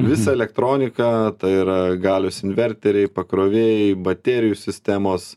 visa elektronika tai yra galios inverteriai pakrovėjai baterijų sistemos